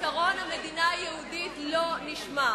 עקרון המדינה היהודית לא נשמר.